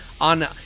on